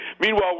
Meanwhile